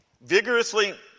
vigorously